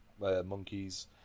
monkeys